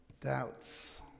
doubts